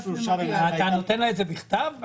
אתה נותן לה את זה בכתב?